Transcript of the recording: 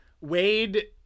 Wade